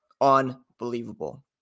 Unbelievable